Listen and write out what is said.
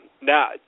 Now